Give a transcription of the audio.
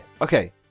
Okay